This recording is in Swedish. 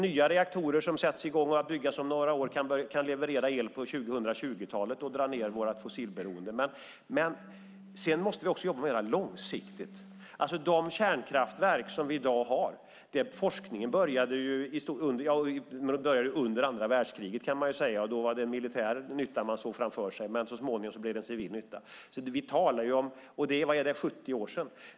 Nya reaktorer som börjar byggas om några år kan leverera el på 2020-talet och dra ned vårt fossilberoende. Men sedan måste vi också jobba mer långsiktigt. När det gäller de kärnkraftverk som vi har i dag började forskningen under andra världskriget, kan man säga. Då var det en militär nytta som man såg framför sig. Det var 70 år sedan. Men så småningom blev det en civil nytta.